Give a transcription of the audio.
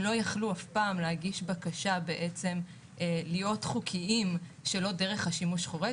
אף פעם הם לא יכלו להגיש בקשה להיות חוקיים שלא דרך השימוש החורג,